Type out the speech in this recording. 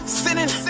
sinning